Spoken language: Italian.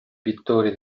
pittori